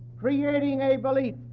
creating a belief